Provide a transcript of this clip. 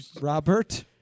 Robert